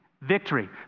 Victory